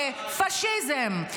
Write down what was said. זה פשיזם.